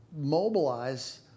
mobilize